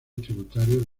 tributario